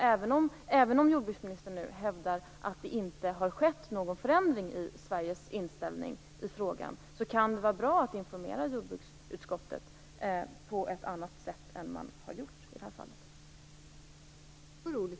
Även om jordbruksministern nu hävdar att det inte har skett någon förändring i Sveriges inställning i frågan, kan det vara bra att informera jordbruksutskottet på ett annat sätt än vad som gjorts i det här fallet.